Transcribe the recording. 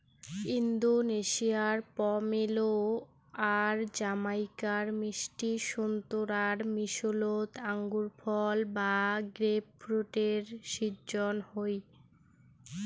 ইন্দোনেশিয়ার পমেলো আর জামাইকার মিষ্টি সোন্তোরার মিশোলোত আঙুরফল বা গ্রেপফ্রুটের শিজ্জন হই